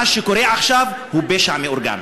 מה שקורה עכשיו הוא פשע מאורגן.